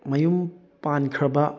ꯃꯌꯨꯝ ꯄꯥꯟꯈ꯭ꯔꯕ